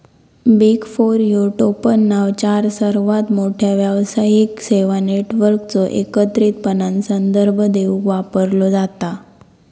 big four ह्यो टोपणनाव चार सर्वात मोठ्यो व्यावसायिक सेवा नेटवर्कचो एकत्रितपणान संदर्भ देवूक वापरलो जाता